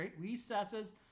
recesses